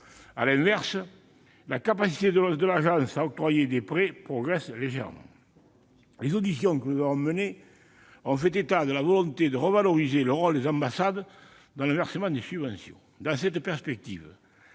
À l'inverse, la capacité de l'Agence à octroyer des prêts progresse légèrement. Les auditions que nous avons effectuées ont mis en évidence la volonté de revaloriser le rôle des ambassades dans le versement de subventions. Dans cette perspective,